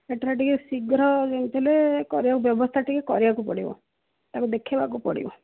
ସେଠାରେ ଟିକେ ଶୀଘ୍ର ଯେମିତି ହେଲେ କରିବାକୁ ବ୍ୟବସ୍ଥା ଟିକେ କରିବାକୁ ପଡ଼ିବ ତାକୁ ଦେଖେଇବାକୁ ପଡ଼ିବ